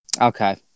Okay